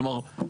כלומר,